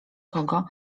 kogo